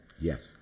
Yes